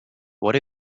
what